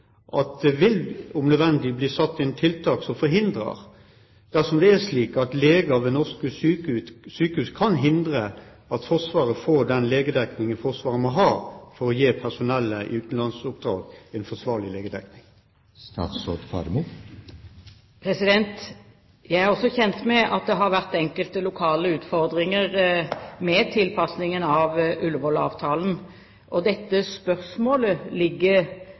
at det vil, om nødvendig, bli satt inn tiltak som forhindrer dette, dersom det er slik at leger ved norske sykehus kan hindre at Forsvaret får den legedekningen Forsvaret må ha for å gi personellet i utenlandsoppdrag en forsvarlig legedekning? Jeg er også kjent med at det har vært enkelte lokale utfordringer med tilpasningen av Ullevål-avtalen. Dette spørsmålet ligger